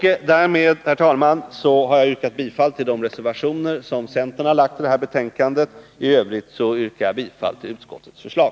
Därmed, herr talman, har jag yrkat bifall till de reservationer som centern har fogat till detta betänkande. I övrigt yrkar jag bifall till utskottets förslag.